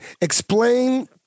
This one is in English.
explain